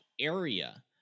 area